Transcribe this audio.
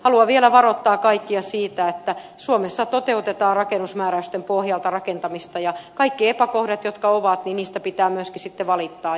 haluan vielä varoittaa kaikkia siitä että suomessa toteutetaan rakennusmääräysten pohjalta rakentamista ja kaikista epäkohdista jotka ovat pitää myöskin sitten valittaa